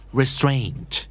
restraint